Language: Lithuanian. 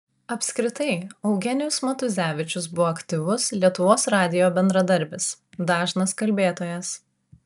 apskritai eugenijus matuzevičius buvo aktyvus lietuvos radijo bendradarbis dažnas kalbėtojas